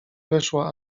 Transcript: weszła